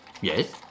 Yes